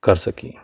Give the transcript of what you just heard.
ਕਰ ਸਕੀਏ